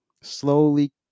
slowly